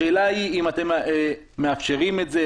השאלה אם מאפשרים את זה,